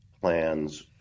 plans